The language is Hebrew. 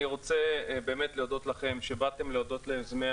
אני רוצה באמת להודות לכם שבאתם להודות ליוזמי